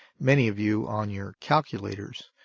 many of you, on your calculators.